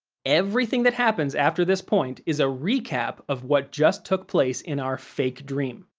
everything that happens after this point is a recap of what just took place in our fake dream.